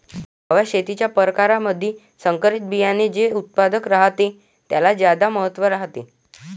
नव्या शेतीच्या परकारामंधी संकरित बियान्याचे जे उत्पादन रायते त्याले ज्यादा महत्त्व रायते